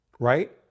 Right